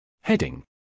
Heading